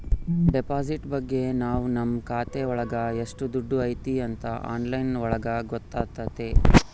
deposit ಬಗ್ಗೆ ನಾವ್ ನಮ್ ಖಾತೆ ಒಳಗ ಎಷ್ಟ್ ದುಡ್ಡು ಐತಿ ಅಂತ ಆನ್ಲೈನ್ ಒಳಗ ಗೊತ್ತಾತತೆ